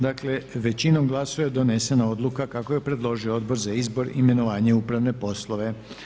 Dakle, većinom glasova je donesena odluka kako je predložio Odbor za izbor, imenovanje i upravne poslove.